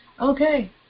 Okay